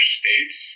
states